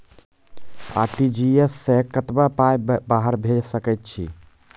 RTGS सअ कतबा पाय बाहर भेज सकैत छी?